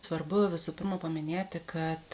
svarbu visų pirma paminėti kad